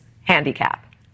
handicap